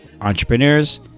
entrepreneurs